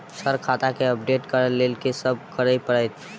Sir खाता केँ update करऽ लेल की सब करै परतै?